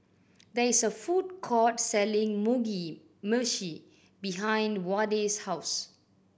there is a food court selling Mugi Meshi behind Wade's house